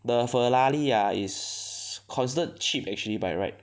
the Ferrari ah is considered cheap actually by right